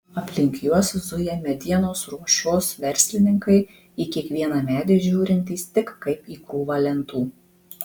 aplink juos zuja medienos ruošos verslininkai į kiekvieną medį žiūrintys tik kaip į krūvą lentų